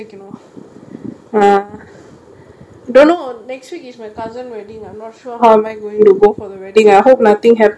don't know next week is my cousin wedding I'm not sure how I'm going to go for the wedding ah I hope nothing happens there's no scarring on my face